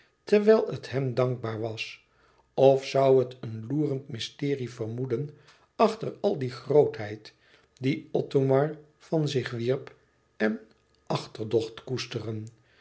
terwijl het hem dankbaar was of zoû het een loerend mysterie vermoeden achter al die grootheid die othomar van zich wierp en achterdocht koesteren